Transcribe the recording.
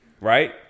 right